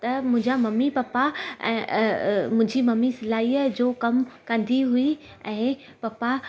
त मुंहिंजा mummy papa मुंहिंजी ममी सिलाईअ जो कमु कंदी हुई ऐं पपा